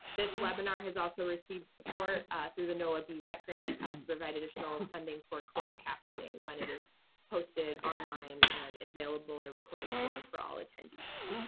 this webinar has also received support through the noaa bwet grant ah to provide additional funding for closed captioning when it is posted online and available in recording form for all attendees.